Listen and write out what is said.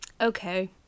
Okay